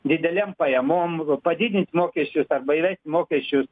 didelėm pajamom padidint mokesčius arba įvesti mokesčius